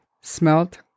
smelt